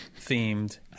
themed